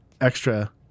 extra